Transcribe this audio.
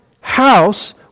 house